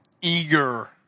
eager